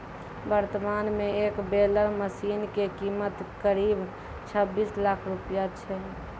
वर्तमान मॅ एक बेलर मशीन के कीमत करीब छब्बीस लाख रूपया छै